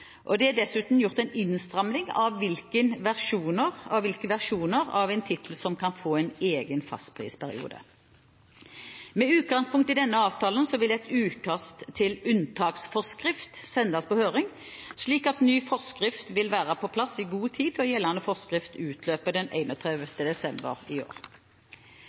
strømmetjenester. Det er dessuten gjort en innstramming av hvilke versjoner av en tittel som kan få en egen fastprisperiode. Med utgangspunkt i denne avtalen vil et utkast til unntaksforskrift sendes på høring, slik at ny forskrift vil være på plass i god tid før gjeldende forskrift utløper 31. desember i år.